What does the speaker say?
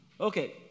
Okay